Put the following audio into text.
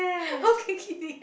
okay